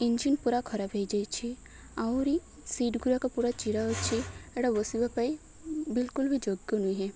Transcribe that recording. engine ପୁରା ଖରାପ ହେଇଯାଇଛି ଆହୁରି ସିଟ୍ ଗୁଡ଼ାକ ପୁରା ଚିରା ଅଛି ଏଇଟା ବସିବା ପାଇଁ ବିଲକୁଲ ବି ଯୋଗ୍ୟ ନୁହେଁ